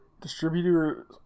distributor